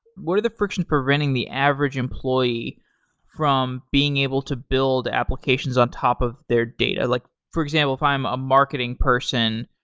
what are the frictions preventing the average employee from being able to build applications on top of their data? like for example, if i'm a marketing person,